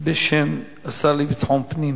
בשם השר לביטחון פנים